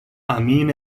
amin